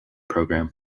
program